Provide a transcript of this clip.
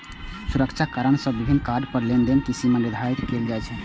सुरक्षा कारण सं विभिन्न कार्ड पर लेनदेन के सीमा निर्धारित कैल जाइ छै